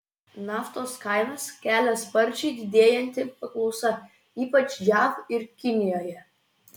naftos kainas kelia sparčiai didėjanti paklausa ypač jav ir kinijoje